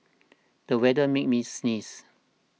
the weather made me sneeze